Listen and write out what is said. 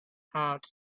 heart